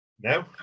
No